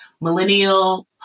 Millennial